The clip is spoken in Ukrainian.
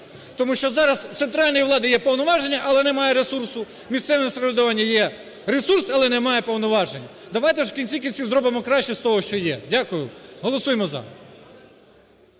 Тому що зараз у центральної влади є повноваження, але немає ресурсу, у місцевого самоврядування є ресурс, але немає повноважень, давайте в кінці кінців зробимо краще з того, що є. Дякую. Голосуємо "за".